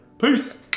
Peace